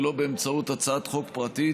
ולא באמצעות הצעת חוק פרטית,